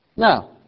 Now